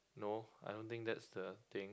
no I don't think that's the thing